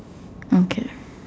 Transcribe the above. okay